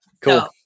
cool